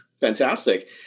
Fantastic